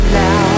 now